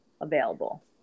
available